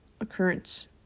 occurrence